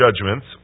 judgments